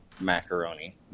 macaroni